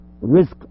risk